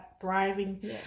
thriving